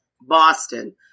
Boston